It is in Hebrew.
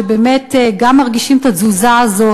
שבאמת גם מרגישים את התזוזה הזאת,